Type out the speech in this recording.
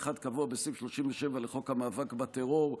האחד קבוע בסעיף 37 לחוק המאבק בטרור,